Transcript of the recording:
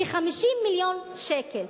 כ-50 מיליון שקל.